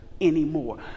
anymore